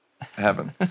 heaven